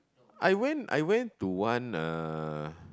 I went I went to one uh